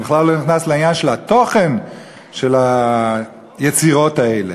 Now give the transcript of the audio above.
ואני בכלל לא נכנס לעניין של התוכן של היצירות האלה.